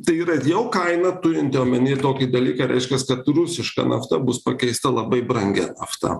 tai yra jau kaina turinti omeny tokį dalyką reiškias kad rusiška nafta bus pakeista labai brangia nafta